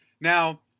Now